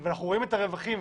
ואנחנו רואים את הרווחים,